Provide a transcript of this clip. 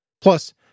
Plus